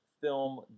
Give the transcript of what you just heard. film